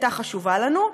הייתה חשובה לנו.